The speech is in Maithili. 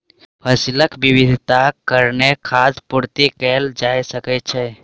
फसीलक विविधताक कारणेँ खाद्य पूर्ति कएल जा सकै छै